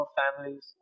families